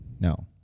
No